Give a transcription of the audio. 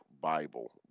Bible